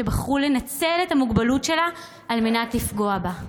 שבחרו לנצל את המוגבלות שלה על מנת לפגוע בה.